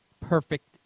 perfect